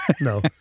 no